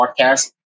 Podcast